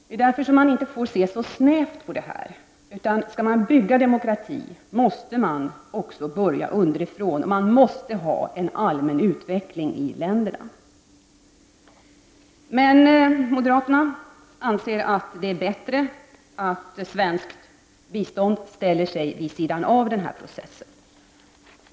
Det är därför som man inte får se så snävt på detta. Skall man bygga demokrati, måste man börja underifrån; man måste ha en allmän utveckling i dessa länder. Moderaterna anser att det är bättre att svenskt bistånd ställer sig vid sidan av denna process.